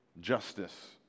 justice